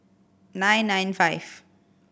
nine nine five